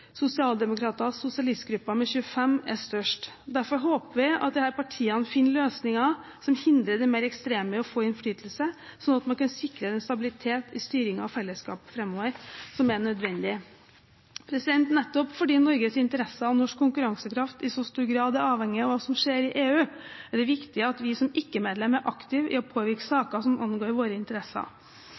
sosialdemokrater og sosialistgrupper med 25 pst. er størst. Derfor håper vi at disse partiene finner løsninger som hindrer de mer ekstreme i å få innflytelse, slik at man kan sikre den stabiliteten som er nødvendig i styringen av fellesskapet framover. Nettopp fordi Norges interesser og norsk konkurransekraft i så stor grad er avhengig av hva som skjer i EU, er det viktig at vi som ikke-medlem er aktive i å påvirke saker som angår våre interesser.